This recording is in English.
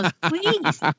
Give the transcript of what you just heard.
please